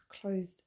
closed